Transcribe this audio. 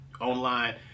online